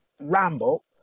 ramble